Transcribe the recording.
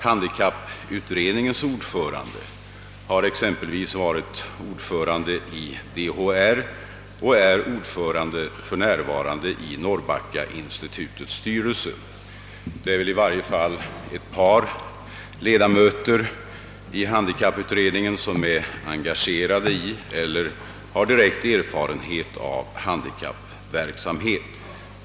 Handikapputredningens ordförande har exempelvis varit ordförande i DHR, och han är för närvarande ordförande i Norrbackainstitutets styrelse. Det är i varje fall ett par ledamöter i handikapputredningen, som är engagerade i eller har direkt erfarenhet av handikappverksamhet.